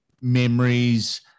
memories